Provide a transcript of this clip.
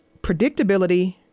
predictability